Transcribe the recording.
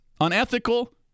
unethical